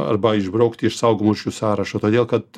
arba išbraukti iš saugomų rūšių sąrašo todėl kad